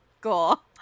Cool